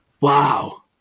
Wow